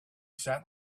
sat